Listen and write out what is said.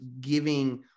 giving